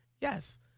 Yes